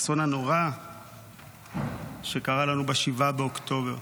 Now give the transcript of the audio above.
האסון הנורא שקרה לנו ב-7 באוקטובר.